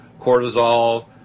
cortisol